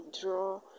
draw